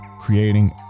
creating